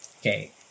Okay